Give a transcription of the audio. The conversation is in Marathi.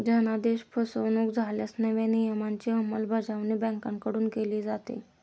धनादेश फसवणुक झाल्यास नव्या नियमांची अंमलबजावणी बँकांकडून केली जाते